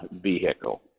vehicle